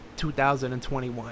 2021